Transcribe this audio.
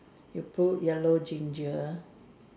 you put yellow ginger